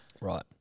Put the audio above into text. Right